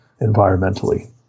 environmentally